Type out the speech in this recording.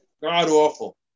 god-awful